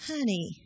Honey